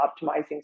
optimizing